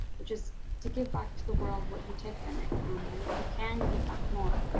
which is to give back to the world what you take from it, um and if you can you give back more.